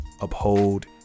uphold